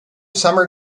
summer